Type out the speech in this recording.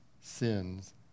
sins